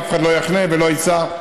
ואף אחד לא יחנה ולא ייסע.